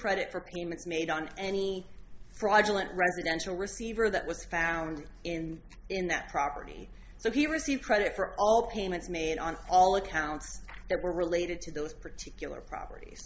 credit for payments made on any private residential receiver that was found in in that property so he received credit for all payments made on all accounts that were related to those particular propert